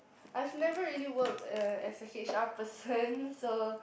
I've never really worked uh as a H_R person so